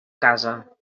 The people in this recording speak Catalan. casa